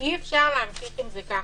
אי אפשר להמשיך ככה.